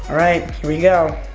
right, here we go.